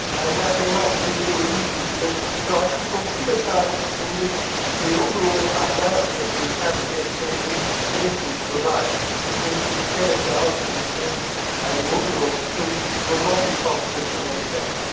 and that may not be so easy to do. so i could foresee a time in which the overall umbrella that the catholic education commissions provide between the systemic diocesan schools and the order-run schools will not be possible to maintain.